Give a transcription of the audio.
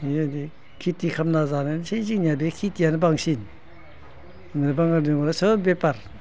बेबायदि खेथि खालामना जानायानोसै जोंना आरो बे खेतियानो बांसिन बांगाल जंगाला सोब बेपार